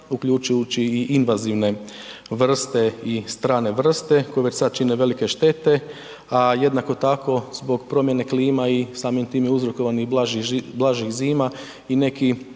uključujući i invazivne vrste i strane vrste koje već sad čine velike štete. A jednako tako zbog promjene klima i samim time uzrokovanih blažih zima i neki,